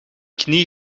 knie